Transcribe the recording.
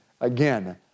Again